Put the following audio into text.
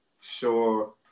sure